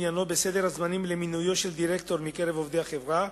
עניינו בסדר הזמנים למינויו של דירקטור מקרב עובדי החברה,